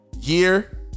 Year